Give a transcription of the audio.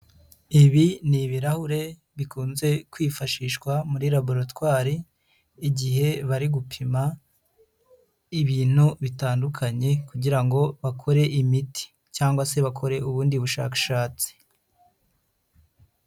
Ibi ni ibirahure bikunze kwifashishwa muri laboratwari, igihe bari gupima ibintu bitandukanye kugira ngo bakore imiti cyangwa se bakore ubundi bushakashatsi.